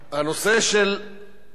הנושא של המפרסמים,